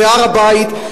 והר-הבית,